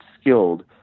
skilled